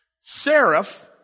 Seraph